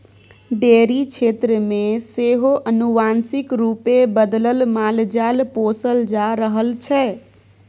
dairy क्षेत्र मे सेहो आनुवांशिक रूपे बदलल मालजाल पोसल जा रहल छै